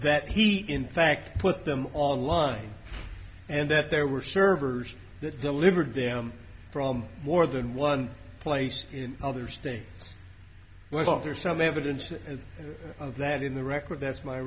at he in fact put them online and that there were servers that delivered them from more than one place in other states wasn't there some evidence of that in the record that's my